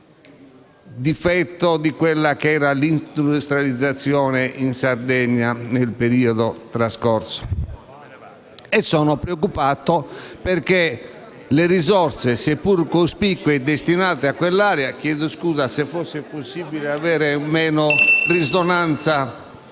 difetto nell'industrializzazione in Sardegna del periodo trascorso e sono preoccupato perché le risorse, seppur cospicue, destinate a quell'area... *(Brusio).* Chiedo scusa, se fosse possibile avere meno risonanza.